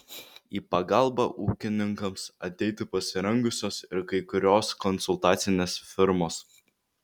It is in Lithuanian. į pagalbą ūkininkams ateiti pasirengusios ir kai kurios konsultacinės firmos